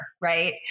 Right